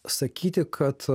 sakyti kad